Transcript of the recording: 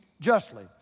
justly